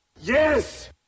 Yes